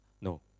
No